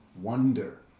wonder